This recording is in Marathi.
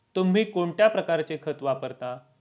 तुम्ही कोणत्या प्रकारचे खत वापरता?